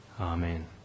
Amen